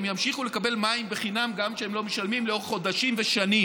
הם ימשיכו לקבל מים בחינם גם כשהם לא משלמים לאורך חודשים ושנים.